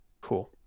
Cool